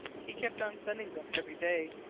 he kept on sending them every day.